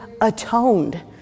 atoned